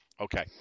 okay